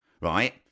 right